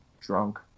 drunk